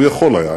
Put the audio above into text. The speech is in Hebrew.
הוא יכול היה,